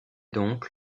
donc